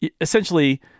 essentially